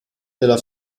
della